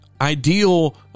ideal